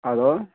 hello